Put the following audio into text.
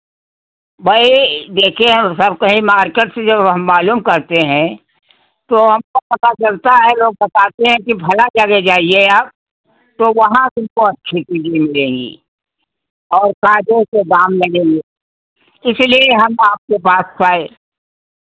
भाई देखिए सब कहीं मार्केट से जब हम मालूम करते हैं तो हमको पता चलता है लोग बताते हैं कि फलना जगह जाइए आप तो वहाँ तुमको अच्छी चीज़ें मिलेंगी और कायदे से दाम लगेंगे इसीलिए हम आपके पास आए